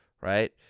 right